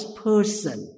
person